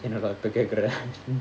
என்ன டா அத கேட்க்குற:enna da adha kedkura